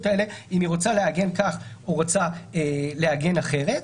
האלה אם היא רוצה לעגן כך או רוצה לעגן אחרת.